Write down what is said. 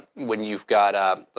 when you've got a.